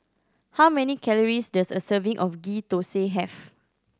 how many calories does a serving of Ghee Thosai have